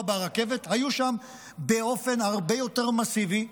ברכבת היו שם באופן הרבה יותר מסיבי,